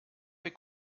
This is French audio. mes